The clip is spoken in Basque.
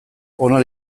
ona